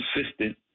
consistent